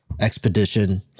expedition